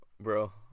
bro